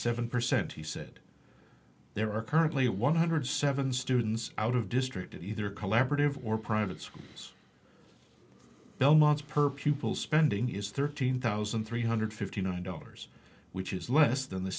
seven percent he said there are currently one hundred seven students out of district of either collaborative or private schools belmont's per pupil spending is thirteen thousand three hundred fifty nine dollars which is less than the